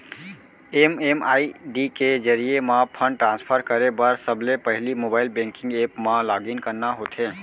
MMID के जरिये म फंड ट्रांसफर करे बर सबले पहिली मोबाइल बेंकिंग ऐप म लॉगिन करना होथे